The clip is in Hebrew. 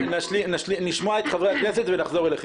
בבקשה.